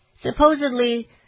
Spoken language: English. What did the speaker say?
Supposedly